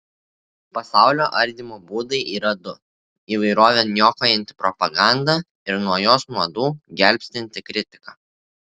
pasaulio ardymo būdai yra du įvairovę niokojanti propaganda ir nuo jos nuodų gelbstinti kritika